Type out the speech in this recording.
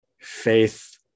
faith